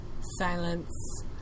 Silence